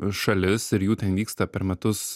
šalis ir jų ten vyksta per metus